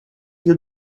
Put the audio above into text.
you